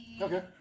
Okay